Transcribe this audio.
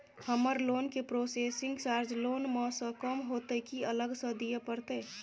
हमर लोन के processing charge loan म स कम होतै की अलग स दिए परतै?